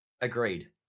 Agreed